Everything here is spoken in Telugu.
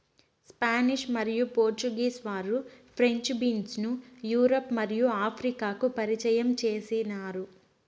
స్పానిష్ మరియు పోర్చుగీస్ వారు ఫ్రెంచ్ బీన్స్ ను యూరప్ మరియు ఆఫ్రికాకు పరిచయం చేసినారు